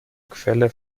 quelle